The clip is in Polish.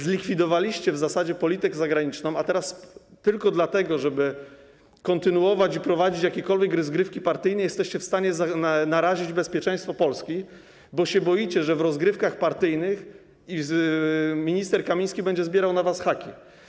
Zlikwidowaliście w zasadzie politykę zagraniczną, a teraz tylko dlatego, żeby kontynuować i prowadzić jakieś rozgrywki partyjne, jesteście w stanie narazić bezpieczeństwo Polski, bo się boicie, że w rozgrywkach partyjnych minister Kamiński będzie zbierał na was haki.